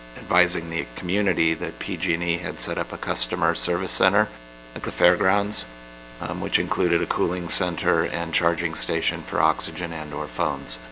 advising the community that pg and e had set up a customer service center at the fairgrounds which included a cooling center and charging station for oxygen and or phones?